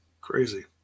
Crazy